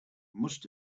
must